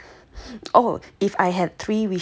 oh if I had three wishes um